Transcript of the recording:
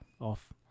off